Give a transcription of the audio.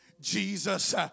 Jesus